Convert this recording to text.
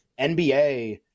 nba